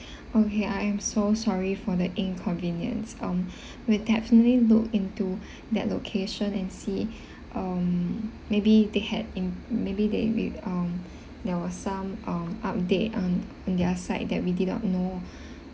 okay I am so sorry for the inconvenience um we'll definitely look into that location and see um maybe they had in maybe they they um there was some um update um in their side that we did not know